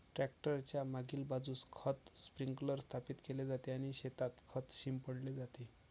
tractor च्या मागील बाजूस खत स्प्रिंकलर स्थापित केले जाते आणि शेतात खत शिंपडले जाते